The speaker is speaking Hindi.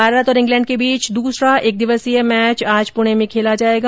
भारत और इंग्लैंड के बीच दूसरा एक दिवसीय मैच आज पुणे में खेला जाएगा